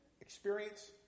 experience